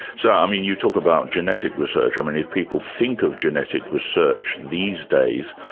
so i mean, you talk about genetic research. i mean if people think of genetic research these days,